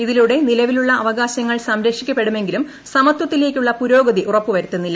ഇതിലൂടെ നിലവിലുള്ള അവകാശങ്ങൾ സംരക്ഷിക്കപ്പെടുമെങ്കിലും സമത്വത്തിലേക്കുള്ള പുരോഗതി ഉറപ്പ് വരുത്തുന്നില്ല